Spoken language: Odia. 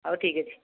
ହଉ ଠିକ୍ ଅଛି